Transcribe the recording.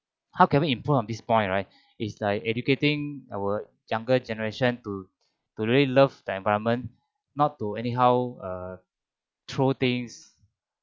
how can we improve on this point right is like educating our younger generation to to really love the environment not to anyhow uh throw things